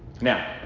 now